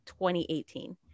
2018